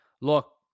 look